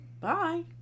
Bye